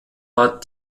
war